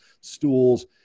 stools